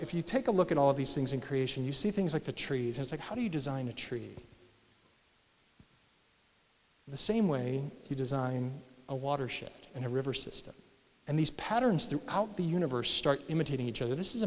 if you take a look at all of these things in creation you see things like the trees and like how do you design a tree in the same way you design a watershed in a river system and these patterns throughout the universe start imitating each other this is